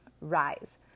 rise